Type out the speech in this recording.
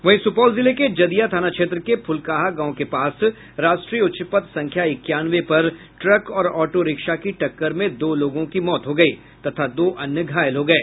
वहीं सुपौल जिले के जदिया थाना क्षेत्र के फुलकाहा गांव के पास राष्ट्रीय उच्चपथ संख्या इक्यानवे पर ट्रक और ऑटो रिक्शा की टक्कर में दो लोगों की मौत हो गयी तथा दो अन्य घायल हो गये